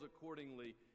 accordingly